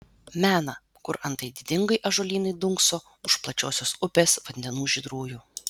mena kur antai didingai ąžuolynai dunkso už plačiosios upės vandenų žydrųjų